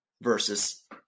versus